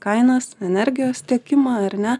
kainas energijos tiekimą ar ne